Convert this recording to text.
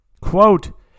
Quote